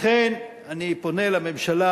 לכן אני פונה לממשלה,